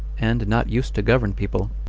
and not used to govern people,